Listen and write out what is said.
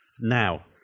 Now